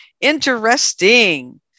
interesting